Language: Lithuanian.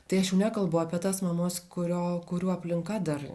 tai aš jau nekalbu apie tas mamas kurio kurių aplinka dar